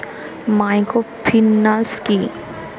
Microfinance কি?